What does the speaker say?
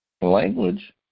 language